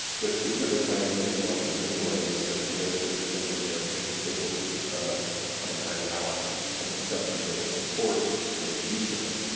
the peak of the klan's influence in many ways was the embrace of denver mayor ben stapleton of the klan ideology. in acceptance of their support and his use of them,